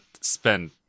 spend